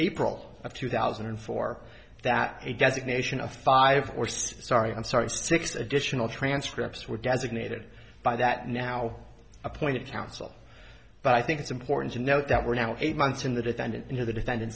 april of two thousand and four that a designation of five or six sorry i'm sorry six additional transcripts were designated by that now appointed counsel but i think it's important to note that we're now eight months in the defendant here the defendant